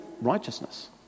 righteousness